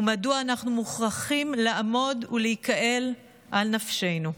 ומדוע אנחנו מוכרחים לעמוד ולהיקהל על נפשנו.